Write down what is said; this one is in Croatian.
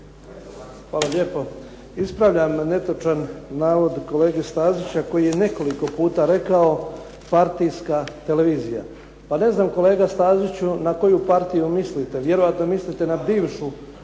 Hvala lijepo. Ispravljam netočan navod kolege Stazića koji je nekoliko puta rekao partijska televizija. Pa ne znam kolega Staziću na koju partiju mislite? Vjerojatno mislite na bivšu